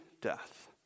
death